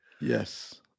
yes